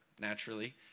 naturally